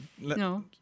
No